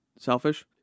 selfish